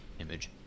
image